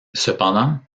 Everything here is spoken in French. cependant